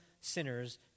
sinners